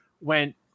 went